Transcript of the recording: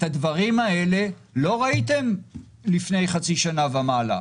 את הדברים האלה לא ראיתם לפני חצי שנה ומעלה.